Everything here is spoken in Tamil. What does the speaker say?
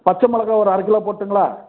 பச்ச மிளகா ஒரு அரைக் கிலோ போட்டுங்களா